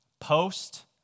post